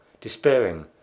despairing